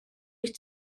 wyt